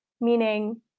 Meaning